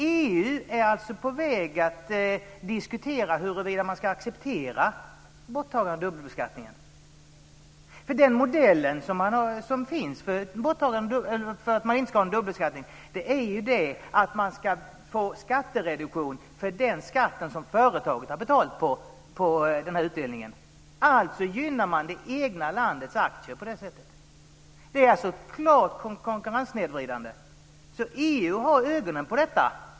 EU är alltså på väg att diskutera huruvida man ska acceptera borttagandet av dubbelbeskattningen. Den modell som finns för att inte ha dubbelbeskattning är att man ska få skattereduktion för den skatt på utdelningen som företaget har betalat. På det sättet gynnar man det egna landets aktier. Det är alltså klart konkurrenssnedvridande. EU har ögonen på detta.